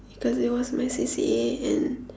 because it was my C_C_A and